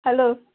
hello